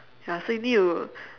ya so you need to